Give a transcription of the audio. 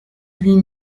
huit